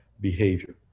behavior